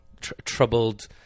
troubled